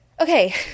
okay